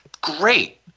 Great